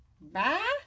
bye